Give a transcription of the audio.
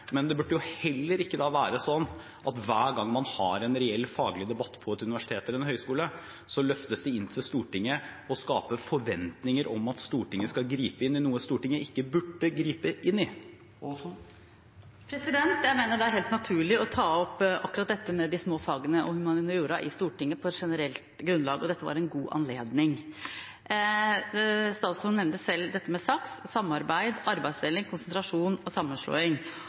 Men det burde heller ikke være sånn at hver gang man har en reell, faglig debatt på et universitet eller en høyskole, løftes det inn til Stortinget og skaper forventninger om at Stortinget skal gripe inn i noe som Stortinget ikke burde gripe inn i. Jeg mener det er helt naturlig å ta opp akkurat dette med de små fagene og humaniora i Stortinget på et generelt grunnlag, og dette var en god anledning. Statsråden nevnte selv dette med SAKS, Samarbeid, arbeidsdeling, konsentrasjon og sammenslåing.